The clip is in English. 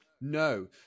No